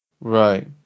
Right